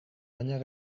danyar